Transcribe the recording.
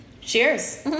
Cheers